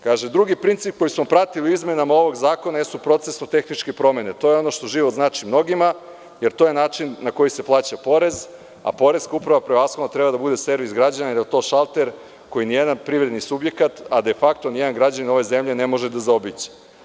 Kaže – drugi princip koji smo pratili u izmenama ovog zakona jesu procesno-tehničke promene, to je ono što život znači mnogima, jer to je način na koji se plaća porez, a poreska uprava prevashodno treba da bude servis građana jer je to šalter koji nijedan privredni subjekat, a de fakto ni jedan građanin ove zemlje ne može da zaobiđe.